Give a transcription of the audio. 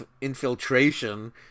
infiltration